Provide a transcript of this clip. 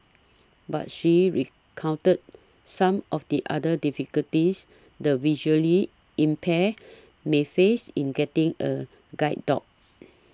but she recounted some of the other difficulties the visually impaired may face in getting a guide dog